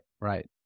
Right